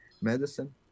medicine